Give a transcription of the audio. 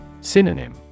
Synonym